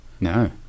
No